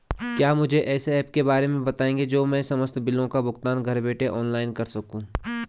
क्या मुझे ऐसे ऐप के बारे में बताएँगे जो मैं समस्त बिलों का भुगतान घर बैठे ऑनलाइन कर सकूँ?